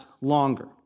longer